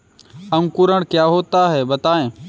अंकुरण क्या होता है बताएँ?